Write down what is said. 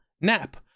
Nap